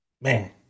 Man